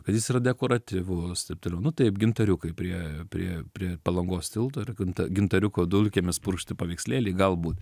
kad jis yra dekoratyvūs taip toliau nu taip gintariukai prie prie prie palangos tilto ir ginta gintariukų dulkėmis purkšti paveikslėliai galbūt